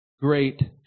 great